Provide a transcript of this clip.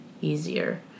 easier